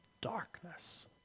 darkness